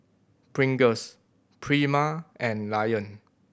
Pringles Prima and Lion